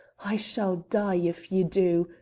i shall die if you do,